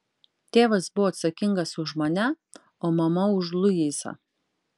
tėvas buvo atsakingas už mane o mama už luisą